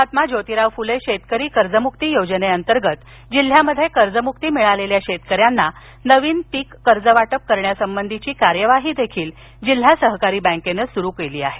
महात्मा जोतिराव फुले शेतकरी कर्जमुक्ती योजनेअंतर्गत जिल्ह्यामध्ये कर्जमुक्ती मिळालेल्या शेतकऱ्यांना नवीन पीक कर्जवाटप करण्यासंबंधीची कार्यवाही देखील जिल्हा सहकारी बँकेनं सुरु केली आहे